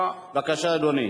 בבקשה, אדוני.